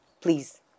please